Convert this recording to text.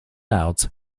out